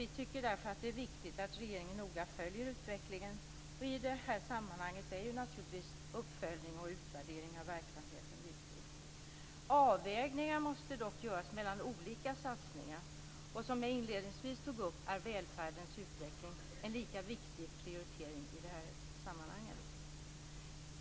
Vi tycker därför att det är viktigt att regeringen noga följer utvecklingen och i det här sammanhanget är naturligtvis uppföljning och utvärdering av verksamheten viktigt. Avvägningar måste dock göras mellan olika satsningar. Som jag inledningsvis tog upp är välfärdens utveckling en lika viktig prioritering i det här sammanhanget.